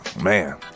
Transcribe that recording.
man